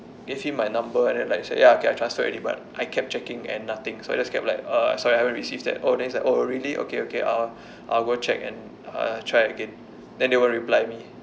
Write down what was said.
gave him my number and then like said ya okay I transferred already but I kept checking and nothing so I just kept like uh sorry I haven't received it oh then he said oh really okay okay I'll I'll go check and uh try it again then they won't reply me